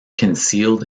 concealed